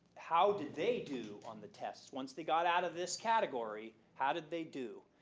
how did they do on the test? once they got out of this category, how did they do,